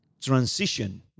transition